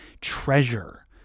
treasure